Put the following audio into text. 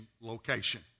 location